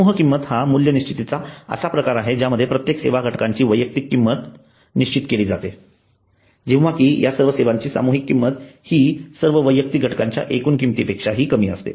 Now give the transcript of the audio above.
समूह किंमत हा मूल्य निश्चितीचा असा प्रकार आहे ज्यामध्ये प्रत्येक सेवा घटकांची वैयक्तिक किंमत निश्चित केली जाते जेंव्हा कि या सर्व सेवांची सामुहिक किंमत हि सर्व वैयक्तिक घटकांच्या एकूण किमतीपेक्षा कमी असते